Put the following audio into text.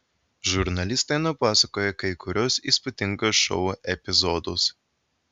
žurnalistai nupasakoja kai kuriuos įspūdingus šou epizodus